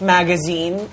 Magazine